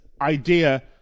idea